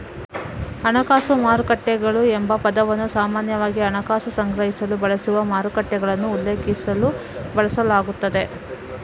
ಹಣಕಾಸು ಮಾರುಕಟ್ಟೆಗಳು ಎಂಬ ಪದವನ್ನು ಸಾಮಾನ್ಯವಾಗಿ ಹಣಕಾಸು ಸಂಗ್ರಹಿಸಲು ಬಳಸುವ ಮಾರುಕಟ್ಟೆಗಳನ್ನು ಉಲ್ಲೇಖಿಸಲು ಬಳಸಲಾಗುತ್ತದೆ